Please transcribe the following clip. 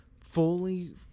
fully